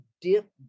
dip